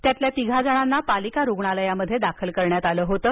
त्यातील तिघा जणांना पालिका रूग्णालयात दाखल करण्यात आलं होतं